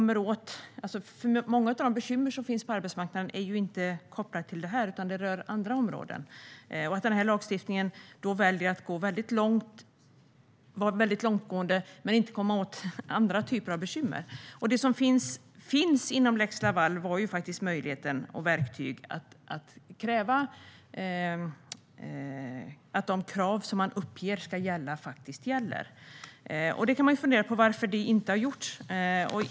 Många av de bekymmer som finns på arbetsmarknaden är inte kopplade till detta, utan de rör andra områden. En del av kritiken handlar om att den här lagstiftningen är väldigt långtgående men inte kommer åt dessa andra typer av bekymmer. Inom lex Laval finns möjligheten och verktygen för att kräva att de bestämmelser som man uppger ska gälla faktiskt också gäller, och det går att fundera på varför detta inte har gjorts.